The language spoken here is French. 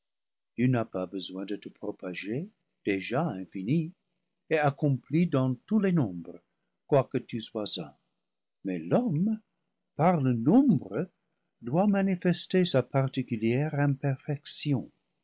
tu n'as pas besoin de te propager déjà infini et accompli dans tous les nombres quoique tu sois un mais l'homme par le nombre doit manifester sa particulière imperfection